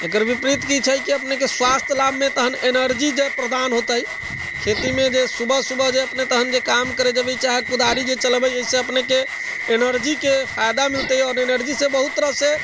एकर विपरीत की छै कि अपनेके स्वास्थ्य लाभमे तखन एनर्जी जे प्रदान होतै खेतीमे जे सुबह सुबह जे अपने तखन जे काम करय जेबै चाहे कुदारी भी चलेबै एहिसँ अपनेके एनर्जीके फायदा मिलतै आओर एनर्जीसँ बहुत तरहसँ